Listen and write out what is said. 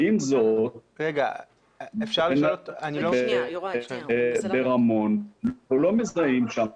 עם זאת, ברמון אנחנו לא מזהים שם